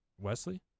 Wesley